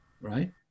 Right